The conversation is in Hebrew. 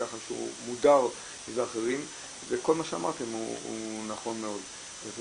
ככה שהוא מודר וכל מה שאמרתם הוא נכון מאוד.